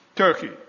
Turkey